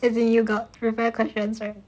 you got prepare questions right